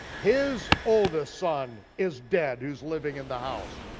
his oldest son is dead, who's living in the house.